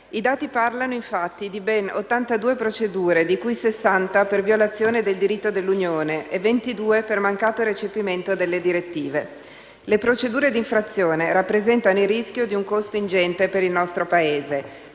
I dati parlano infatti di ben 82 procedure, di cui 60 per violazione del diritto dell'Unione e 22 per mancato recepimento delle direttive. Le procedure di infrazione rappresentano il rischio di un costo ingente per il nostro Paese,